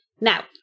Now